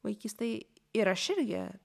vaikystėj ir aš irgi